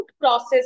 process